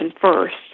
first